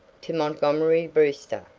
to montgomery brewster,